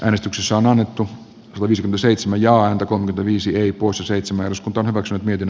äänestyksessä on annettu olisi seitsemän ja antakoon viisi eli kuusi seitsemän rs kaksi vieden